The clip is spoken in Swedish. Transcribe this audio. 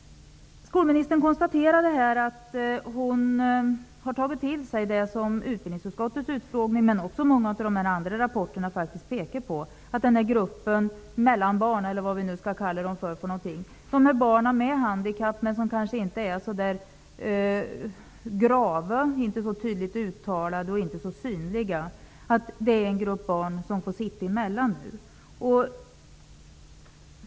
Skolministern konstaterade att hon har tagit till sig det som utbildningsutskottets utfrågning men också många av de andra rapporterna faktiskt pekar på, nämligen att gruppen ''mellanbarn'', dvs. barn med handikapp som inte är så grava, inte så tydligt uttalade och inte så synliga, nu får sitta emellan.